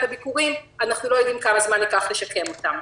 הביקורים אנחנו לא יודעים כמה זמן ייקח לשקם אותם.